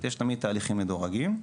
יש תהליכים מדורגים.